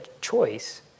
choice